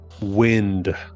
wind